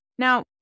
Now